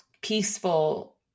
peaceful